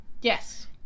Yes